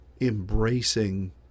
embracing